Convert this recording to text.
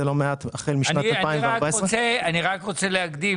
לא מעט החל משנת 2014. אני רק רוצה להקדים,